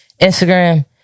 Instagram